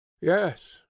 Yes